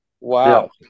wow